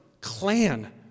clan